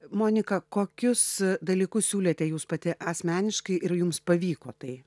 monika kokius dalykus siūlėte jūs pati asmeniškai ir jums pavyko tai